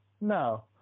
no